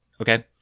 okay